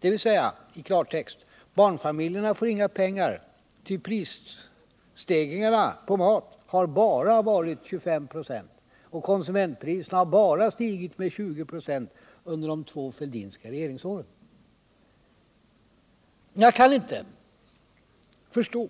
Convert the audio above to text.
Det betyder i klartext: Barnfamiljerna får inga pengar, ty prisstegringarna på mat har bara varit 25 26 och konsumtionspriserna har bara stigit med 20 96 under de två Fälldinska regeringsåren. Jag kan inte förstå